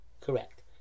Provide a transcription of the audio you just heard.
correct